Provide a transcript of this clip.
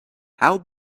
how